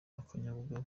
akanyabugabo